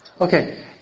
Okay